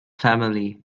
family